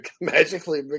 magically